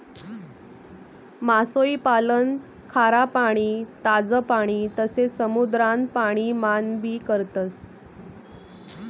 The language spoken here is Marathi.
मासोई पालन खारा पाणी, ताज पाणी तसे समुद्रान पाणी मान भी करतस